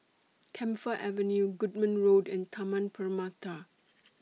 Camphor Avenue Goodman Road and Taman Permata